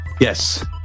Yes